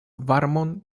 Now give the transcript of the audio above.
varmon